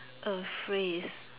a phrase